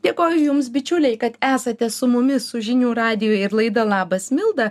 dėkoju jums bičiuliai kad esate su mumis su žinių radiju ir laida labas milda